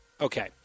Okay